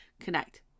connect